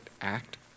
act